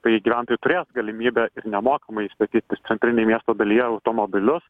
tai gyventojai turės galimybę nemokamai statytis centrinėj miesto dalyje automobilius